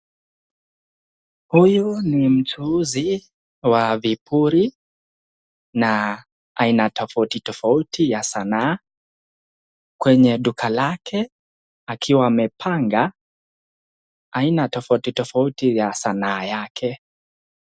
Huyu ni mchuuzi wa vipuli na aina tofauti tofauti ya sanaa kwenye duka lake akiwa amepanga aina tofauti tofauti ya sanaa yake.